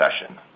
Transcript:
session